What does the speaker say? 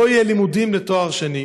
לא יהיו יותר לימודים לתואר שני.